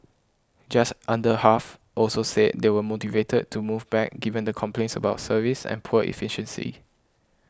just under half also said they were motivated to move back given the complaints about service and poor efficiency